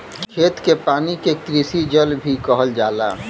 खेत के पानी के कृषि जल भी कहल जाला